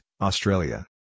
Australia